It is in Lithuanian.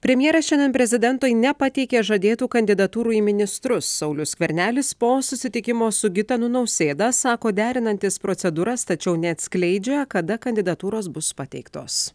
premjeras šiandien prezidentui nepateikė žadėtų kandidatūrų į ministrus saulius skvernelis po susitikimo su gitanu nausėda sako derinantis procedūras tačiau neatskleidžia kada kandidatūros bus pateiktos